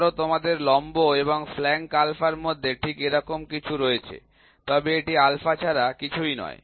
ধর তোমাদের লম্ব এবং ফ্ল্যাঙ্ক আলফার মধ্যে ঠিক এরকম কিছু রয়েছে তবে এটি আলফা ছাড়া কিছুই নয়